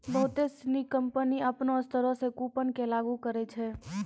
बहुते सिनी कंपनी अपनो स्तरो से कूपन के लागू करै छै